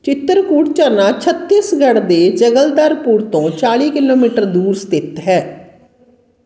ਚਿੱਤਰਕੂਟ ਝਰਨਾ ਛੱਤੀਸਗੜ੍ਹ ਦੇ ਜਗਲਦਰਪੁਰ ਤੋਂ ਚਾਲੀ ਕਿਲੋਮੀਟਰ ਦੂਰ ਸਥਿਤ ਹੈ